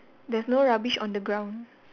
there's no rubbish on the ground